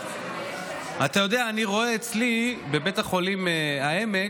אתה יודע, אני רואה אצלי בבית החולים העמק.